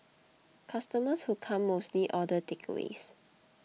customers who come mostly order takeaways